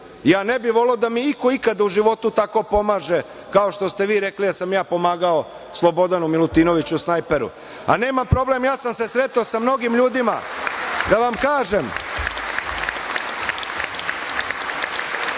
Ja ne bih voleo da mi iko ikada u životu tako pomaže kao što ste vi rekli da sam ja pomagao Slobodanu Milutinoviću Snajperu. Nemam problem, ja sam se sretao sa mnogim ljudima, da vam kažem,